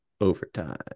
overtime